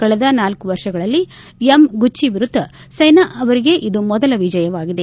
ಕಳೆದ ನಾಲ್ಲು ವರ್ಷಗಳಲ್ಲಿ ಯಮಗುಚಿ ವಿರುದ್ದ ಸೈನಾ ಅವರಿಗೆ ಇದು ಮೊದಲ ವಿಜಯವಾಗಿದೆ